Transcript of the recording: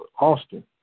Austin